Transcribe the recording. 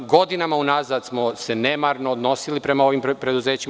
Godinama unazad smo se nemarno odnosili prema ovim preduzećima.